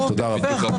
תודה רבה.